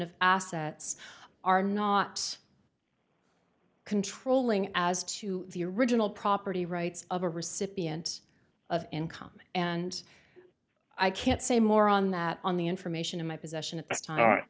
of assets are not controlling as to the original property rights of a recipient of income and i can't say more on that on the information in my pos